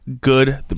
Good